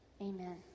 amen